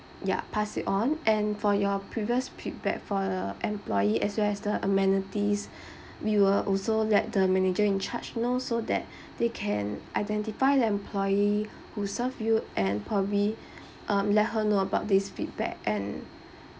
ya pass it on and for your previous feedback for employee as well as the amenities we will also let the manager in charge know so that they can identify the employee who served you and probably um let her know about this feedback and